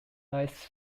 lies